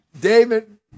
David